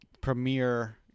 premiere